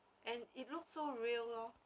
and it looks so real lor